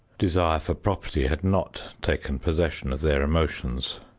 desire for property had not taken possession of their emotions.